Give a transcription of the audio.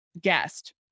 guest